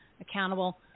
accountable